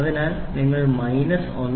അതിനാൽ നിങ്ങൾ മൈനസ് 1